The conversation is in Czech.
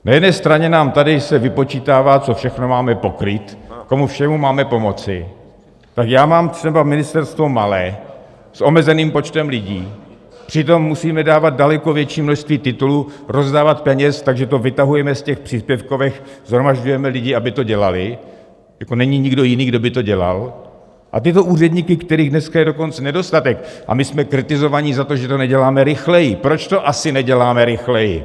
Na jedné straně nám tady se vypočítává, co všechno máme pokrýt, komu všemu máme pomoci, tak já mám třeba ministerstvo malé, s omezeným počtem lidí, přitom musíme dávat daleko větší množství titulů, rozdávat peněz, takže to vytahujeme z těch příspěvkovek, shromažďujeme lidi, aby to dělali, jako není nikdo jiný, kdo by to dělal, a tyto úředníky, kterých dneska je dokonce nedostatek, a my jsme kritizovaní za to, že to neděláme rychleji proč to asi neděláme rychleji?